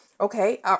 Okay